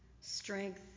strength